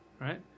Right